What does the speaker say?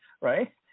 right